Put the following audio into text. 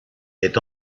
est